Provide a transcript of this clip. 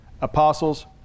apostles